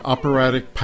Operatic